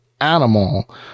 animal